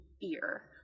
fear